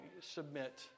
submit